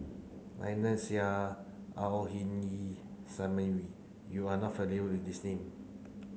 Lynnette Seah Au Hing Yee Simon Wee you are not familiar with these name